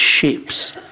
shapes